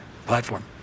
platform